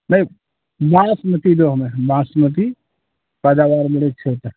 नहीं बासमती दो हमें बासमती पैदावार में भी अच्छा होता है